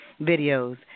videos